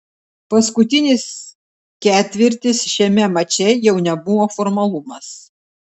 paskutinis ketvirtis šiame mače jau tebuvo formalumas